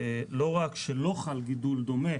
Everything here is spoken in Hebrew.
לא רק שלא חל גידול דומה